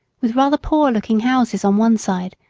with rather poor-looking houses on one side,